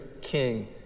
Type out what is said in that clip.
king